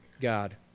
God